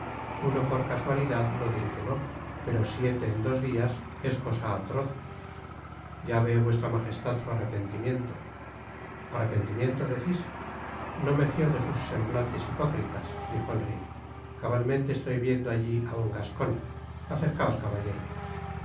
uno por casualidad no diré que no pero siete en dos dias es cosa atroz ya vé vuestra magestad su arrepentimiento arrepentimiento decis no me fio de sus semblantes hipócritas dijo el rey cabalmente estoy viendo alli á un gascon acercaos caballero